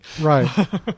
Right